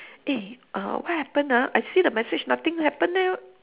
eh uh what happen ah I see the message nothing happen leh